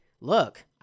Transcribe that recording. look